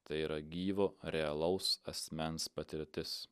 tai yra gyvo realaus asmens patirtis